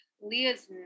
Leah's